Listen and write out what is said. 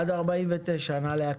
ממשיכים בסעיף 47 עד סעיף 49. נא להקריא.